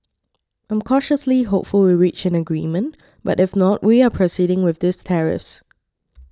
I'm cautiously hopeful we reach an agreement but if not we are proceeding with these tariffs